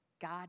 God